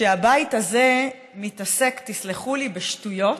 שהבית הזה מתעסק, תסלחו לי, בשטויות,